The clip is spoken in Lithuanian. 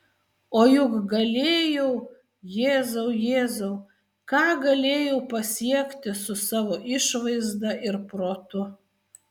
o juk galėjau jėzau jėzau ką galėjau pasiekti su savo išvaizda ir protu